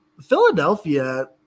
Philadelphia